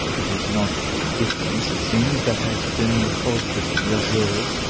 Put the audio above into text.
it is not diffidence, it seems, that has been the cause of this reserve